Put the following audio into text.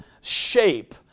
shape